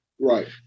Right